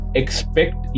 expect